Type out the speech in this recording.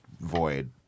void